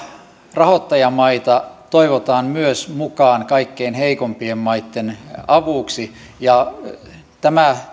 rahoittajamaita toivotaan myös mukaan kaikkein heikoimpien maitten avuksi ja tämä